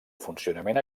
funcionament